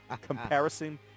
Comparison